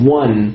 one